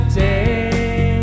day